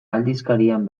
aldizkarian